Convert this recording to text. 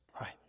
right